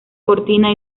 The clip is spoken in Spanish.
cortina